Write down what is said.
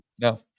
no